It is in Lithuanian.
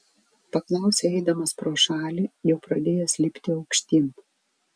paklausė eidamas pro šalį jau pradėjęs lipti aukštyn